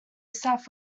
south